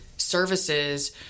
services